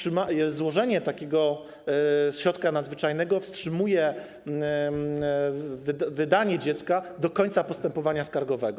Złożenie takiego środka nadzwyczajnego wstrzymuje wydanie dziecka do końca postępowania skargowego.